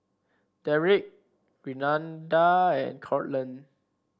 Deric Renada and Courtland